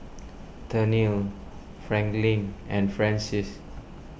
Tennille Franklyn and Frances